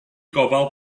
gofal